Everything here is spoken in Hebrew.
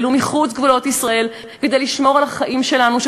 ומחוץ לגבולות ישראל כדי לשמור על החיים שלנו,